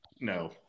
no